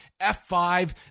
F5